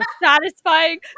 satisfying